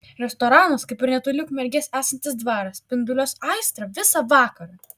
restoranas kaip ir netoli ukmergės esantis dvaras spinduliuos aistrą visa vakarą